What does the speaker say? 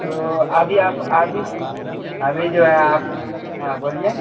تو ابھی آپ ابھی ابھی جو ہے آپ ہاں بولیے